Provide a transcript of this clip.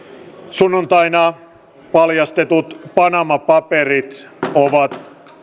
sunnuntaina paljastetut panama paperit ovat